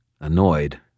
annoyed